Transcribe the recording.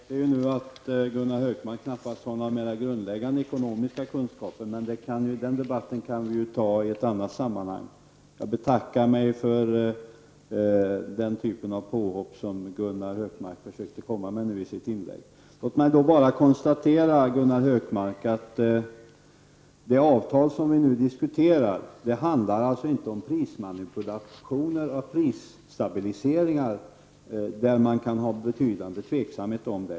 Fru talman! Jag inser nu att Gunnar Hökmark knappast har några mera grundläggande ekonomiska kunskaper, men den debatten kan vi föra i ett annat sammanhang. Jag betackar mig för den typ av påhopp som Gunnar Hökmark försökte komma med i sitt inlägg. Låt mig bara konstatera, Gunnar Hökmark, att det avtal som vi nu diskuterar inte handlar om prismanipulationer och prisstabiliseringar där betydande tveksamhet kan råda.